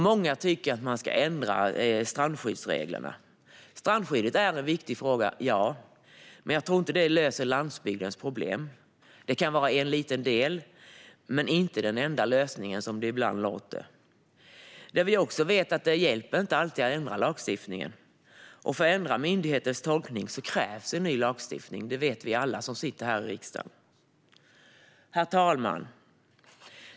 Många tycker att man ska ändra strandskyddsreglerna. Ja, strandskyddet är en viktig fråga, men jag tror inte att det löser landsbygdens problem. Det kan vara en liten del men inte den enda lösningen - som det ibland låter. Vi vet också att det inte alltid hjälper att ändra lagstiftningen. För att ändra myndigheters tolkning krävs en ny lagstiftning. Det vet alla som sitter i riksdagen. Herr talman!